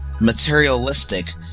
materialistic